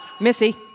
Missy